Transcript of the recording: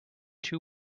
two